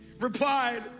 Replied